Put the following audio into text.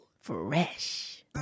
Fresh